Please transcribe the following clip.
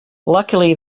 luckily